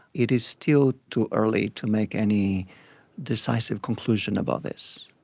it is still too early to make any decisive conclusion about this.